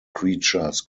creatures